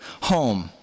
Home